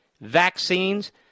vaccines